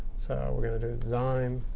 so we're going do design.